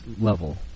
level